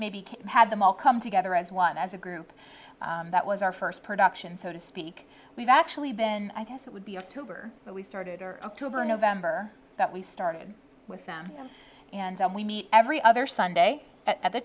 maybe have them all come together as one as a group that was our first production so to speak we've actually been i guess it would be october but we started are october november that we started with them and we meet every other sunday at the